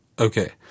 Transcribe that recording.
Okay